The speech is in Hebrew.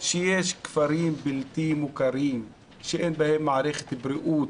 שיש כפרים בלתי מוכרים שאין בהם מערכת בריאות,